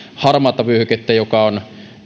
harmaata vyöhykettä joka on